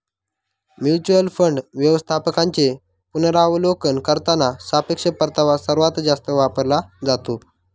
mutual fund व्यवस्थापकांचे पुनरावलोकन करताना सापेक्ष परतावा सर्वात जास्त वापरला जातो